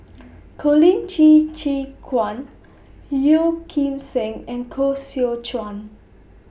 Colin Qi Zhe Quan Yeo Kim Seng and Koh Seow Chuan